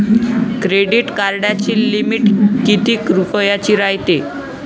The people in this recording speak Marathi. क्रेडिट कार्डाची लिमिट कितीक रुपयाची रायते?